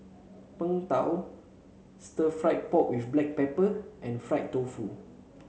Png Tao Stir Fried Pork with Black Pepper and Fried Tofu